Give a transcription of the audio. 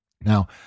Now